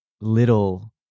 little